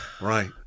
Right